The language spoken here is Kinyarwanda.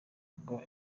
ngo